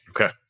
Okay